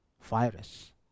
virus